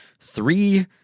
three